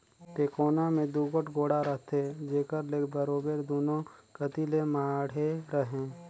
टेकोना मे दूगोट गोड़ा रहथे जेकर ले बरोबेर दूनो कती ले माढ़े रहें